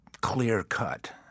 clear-cut